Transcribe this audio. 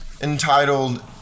entitled